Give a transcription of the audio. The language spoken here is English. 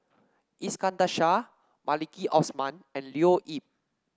Iskandar Shah Maliki Osman and Leo Yip